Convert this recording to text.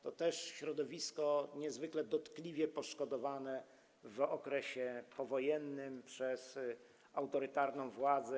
To też środowisko niezwykle dotkliwie poszkodowane w okresie powojennym przez autorytarną władzę.